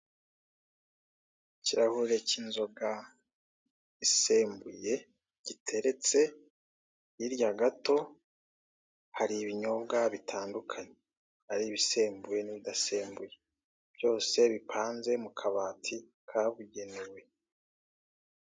Ikirahure cy'inzoga isembuye giteretse hirya gato, hari ibinyobwa bitandukanye ari ibisembuye n'ibidasembuye byose bipanze mu kabati kabugenewe.